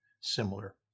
similar